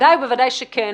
בוודאי שזאת המטרה.